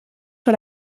sur